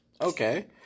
okay